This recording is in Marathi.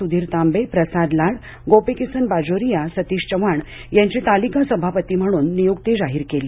सुधीरतांबे प्रसादलाड गोपीकिसन बाजोरिया सतिश चव्हाण यांची तालिका सभापती म्हणून नियूक्ती जाहीर केली